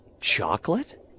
Chocolate